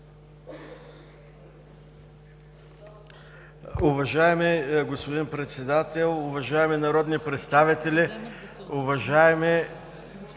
Уважаеми господин Председател, уважаеми народни представители! Уважаеми